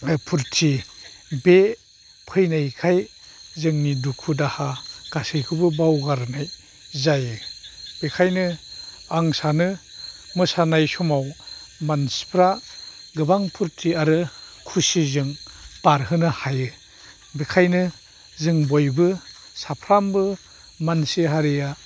फुरथि बे फैनायखाय जोंनि दुखु दाहा गासैखौबो बावगारनाय जायो बेखायनो आं सानो मोसानाय समाव मानसिफ्रा गोबां फुरथि आरो खुसिजों बारहोनो हायो बेखायनो जों बयबो साफ्रामबो मानसि हारिया